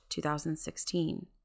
2016